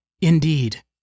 Indeed